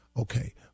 Okay